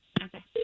Okay